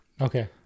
okay